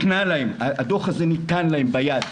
הדוח הזה ניתן להם ביד,